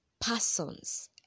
persons